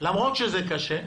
למרות שזה קשה,